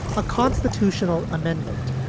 a constitutional amendment.